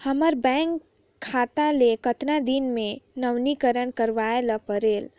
हमर बैंक खाता ले कतना दिन मे नवीनीकरण करवाय ला परेल?